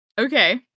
Okay